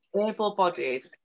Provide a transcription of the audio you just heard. able-bodied